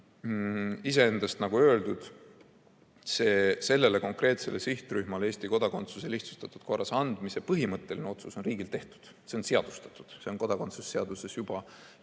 Iseendast aga, nagu öeldud, sellele konkreetsele sihtrühmale Eesti kodakondsuse lihtsustatud korras andmise põhimõtteline otsus on riigil tehtud, see on seadustatud, see on kodakondsuse seaduses juba